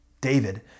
David